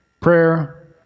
Prayer